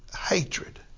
hatred